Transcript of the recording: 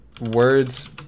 words